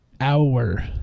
Hour